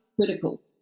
critical